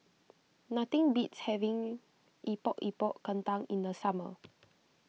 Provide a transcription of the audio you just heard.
nothing beats having Epok Epok Kentang in the summer